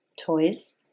Toys